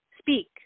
speak